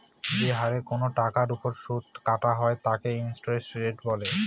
যে হারে কোনো টাকার ওপর সুদ কাটা হয় তাকে ইন্টারেস্ট রেট বলে